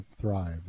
thrive